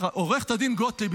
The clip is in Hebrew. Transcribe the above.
עו"ד גוטליב,